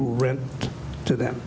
rent to them